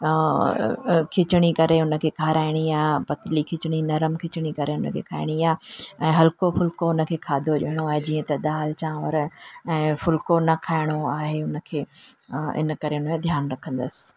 खिचड़ी करे उनखे खाराइणी आहे पतली खिचड़ी नरम खिचड़ी करे उनखे खाइणी आहे ऐं हल्को फ़ुल्को उनखे खाधो ॾियणो आहे जीअं त दाल चांवर ऐं फ़ुल्को न खाइणो आहे उनखे ऐं इन करे उनजो ध्यानु रखंदसि